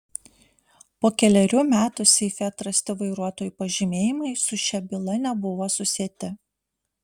po kelerių metų seife atrasti vairuotojų pažymėjimai su šia byla nebuvo susieti